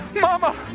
Mama